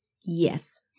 Yes